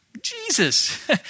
Jesus